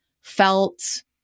felt